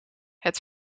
het